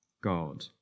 God